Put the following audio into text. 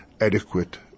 adequate